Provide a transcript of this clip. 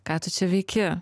ką tu čia veiki